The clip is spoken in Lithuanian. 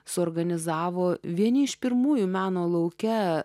suorganizavo vieni iš pirmųjų meno lauke